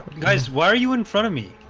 guys, why are you in front of me?